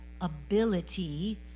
ability